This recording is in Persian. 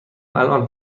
الان